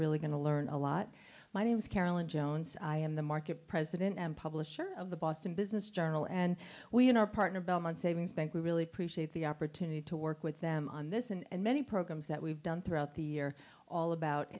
really going to learn a lot my name is carolyn jones i am the market president and publisher of the boston business journal and we in our partner belmont savings bank we really appreciate the opportunity to work with them on this and many programs that we've done throughout the year all about